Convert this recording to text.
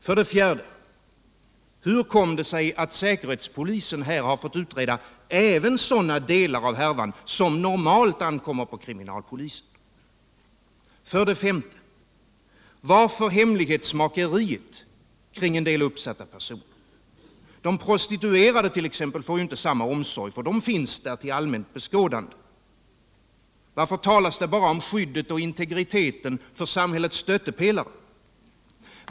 För det tredje: Hur kommer det sig att säkerhetspolisen fått utreda även sådana delar av härvan som normalt ankommer på kriminalpolisen? För det fjärde: Varför hemlighetsmakeriet kring en del uppsatta personer? De prostituerade t.ex. får inte samma omsorg. De finns där till allmänt beskådande. Varför talas det bara om skyddet och integriteten för samhällets stöttepelare?